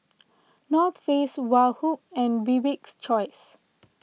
North Face Woh Hup and Bibik's Choice